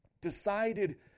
decided